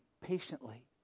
patiently